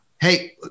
Hey